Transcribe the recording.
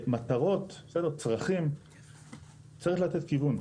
צריך לתת כיוון.